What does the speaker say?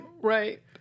Right